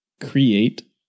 create